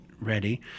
ready